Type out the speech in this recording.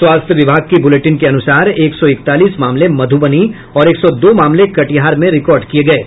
स्वास्थ्य विभाग के बुलेटिन के अनुसार एक सौ इकतालीस मामले मधुबनी और एक सौ दो मामले कटिहार में रिकार्ड किये गये हैं